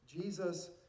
Jesus